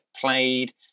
played